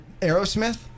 aerosmith